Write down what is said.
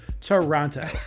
toronto